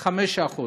מול 5%